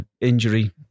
injury